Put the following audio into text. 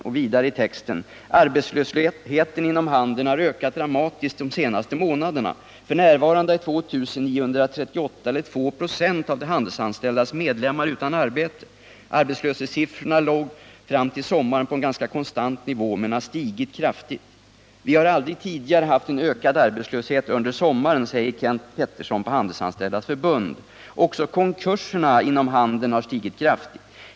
Därunder kan man läsa: ”Arbetslösheten inom handeln har ökat dramatiskt de senaste månaderna. F. n. är 2 938 eller två procent av de handelsanställdas medlemmar utan arbete. Arbetslöshetssiffrorna låg fram till sommaren på en ganska konstant nivå, men har stigit kraftigt. —- Vi har aldrig tidigare haft en ökad arbetslöshet under sommaren, säger Kenth Pettersson på handelsanställdas förbund. Också konkurserna inom handeln har stigit kraftigt.